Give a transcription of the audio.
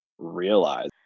realize